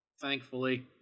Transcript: Thankfully